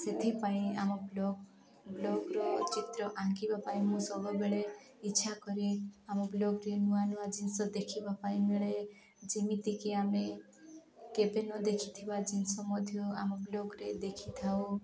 ସେଥିପାଇଁ ଆମ ବ୍ଲଗ୍ ବ୍ଲଗ୍ର ଚିତ୍ର ଆଙ୍କିବା ପାଇଁ ମୁଁ ସବୁବେଳେ ଇଚ୍ଛା କରେ ଆମ ବ୍ଲଗ୍ରେ ନୂଆ ନୂଆ ଜିନିଷ ଦେଖିବା ପାଇଁ ମିଳେ ଯେମିତିକି ଆମେ କେବେ ନଦେଖିଥିବା ଜିନିଷ ମଧ୍ୟ ଆମ ବ୍ଲଗ୍ରେ ଦେଖିଥାଉ